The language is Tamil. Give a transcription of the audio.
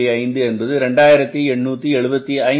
5 என்பது 2875